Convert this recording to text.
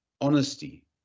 honesty